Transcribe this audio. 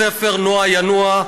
הספר נוע ינוע.